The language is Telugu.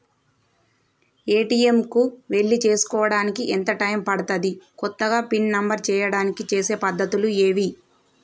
ఏ.టి.ఎమ్ కు వెళ్లి చేసుకోవడానికి ఎంత టైం పడుతది? కొత్తగా పిన్ నంబర్ చేయడానికి చేసే పద్ధతులు ఏవి?